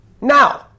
Now